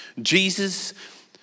Jesus